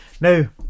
Now